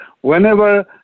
Whenever